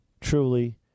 Truly